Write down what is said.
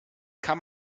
kann